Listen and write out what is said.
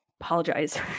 Apologize